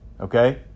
okay